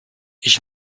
ich